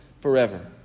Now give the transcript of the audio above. forever